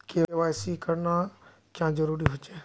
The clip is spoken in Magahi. के.वाई.सी करना क्याँ जरुरी होचे?